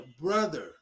brother